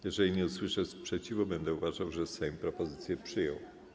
Jeżeli nie usłyszę sprzeciwu, będę uważał, że Sejm propozycje przyjął.